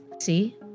see